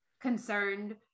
concerned